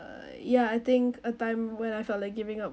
uh ya I think a time when I felt like giving up